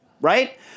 right